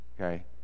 Okay